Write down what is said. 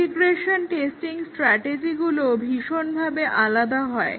integration testing স্ট্র্যাটেজিগুলোও ভীষণভাবে আলাদা হয়